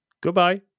Goodbye